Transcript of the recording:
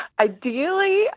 Ideally